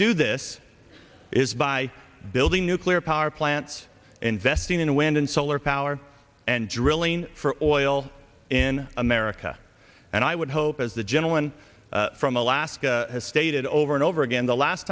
do this is by building nuclear power plants investing in wind and solar power and drilling for oil in america and i would hope as the gentleman from alaska has stated over and over again the last